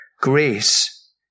Grace